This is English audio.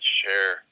share